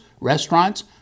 restaurants